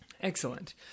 excellent